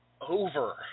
over